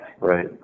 right